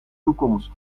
toekomst